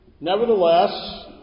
Nevertheless